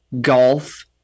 golf